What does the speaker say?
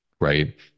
Right